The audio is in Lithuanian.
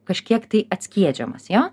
kažkiek tai atskiedžiamas jo